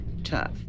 Tough